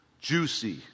juicy